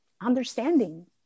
understanding